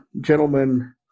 gentlemen